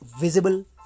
visible